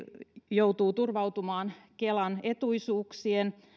joutuu turvautumaan kelan etuisuuksien